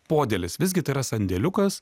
podėlis visgi tai yra sandėliukas